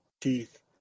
teeth